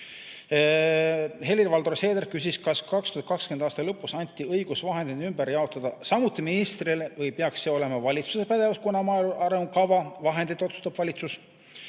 Helir-Valdor Seeder küsis, kas 2020. aasta lõpus anti õigus vahendid ümber jaotada samuti ministrile ja ehk peaks see olema valitsuse pädevus, kuna maaelu arengukava vahendite üle otsustab valitsus.